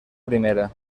primera